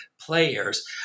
players